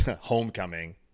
Homecoming